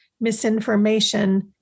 misinformation